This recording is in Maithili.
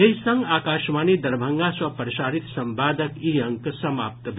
एहि संग आकाशवाणी दरभंगा सँ प्रसारित संवादक ई अंक समाप्त भेल